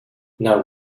now